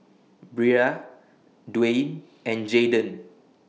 Brea Dwain and Jayden